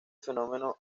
fenómeno